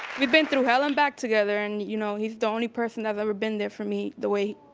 we've been through hell and back together, and you know, he's the only person that's ever been there for me, the way,